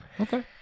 Okay